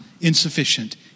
insufficient